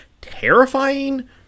terrifying